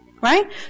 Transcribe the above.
Right